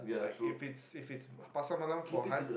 like if it's if it's Pasar Malam for hi